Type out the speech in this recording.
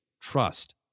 trust